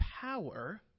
power